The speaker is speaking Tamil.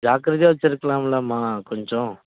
ஜாக்கிரதையாக வெச்சுருக்கலாம்லம்மா கொஞ்சம்